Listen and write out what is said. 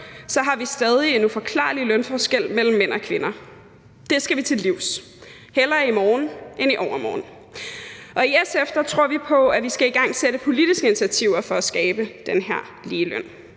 så har vi stadig en uforklarlig lønforskel mellem mænd og kvinder. Det skal vi til livs, hellere i morgen end i overmorgen. I SF tror vi på, at vi skal igangsætte politiske initiativer for at skabe den her ligeløn.